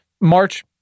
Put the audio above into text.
March